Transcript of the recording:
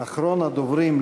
אחרון הדוברים,